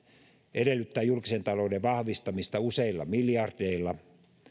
edellyttää julkisen talouden vahvistamista useilla miljardeilla